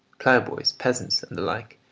ploughboys, peasants and the like,